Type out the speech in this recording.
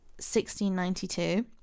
1692